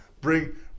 Bring